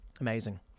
Amazing